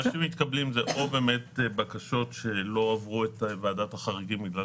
מה שהתקבל זה או בקשות שלא עברו את ועדת החריגים בגלל